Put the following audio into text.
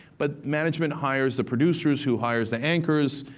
but management hires the producers, who hires the anchors,